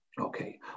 Okay